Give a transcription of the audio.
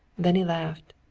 then he laughed.